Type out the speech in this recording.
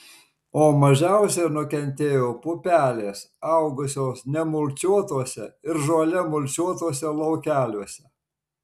o mažiausiai nukentėjo pupelės augusios nemulčiuotuose ir žole mulčiuotuose laukeliuose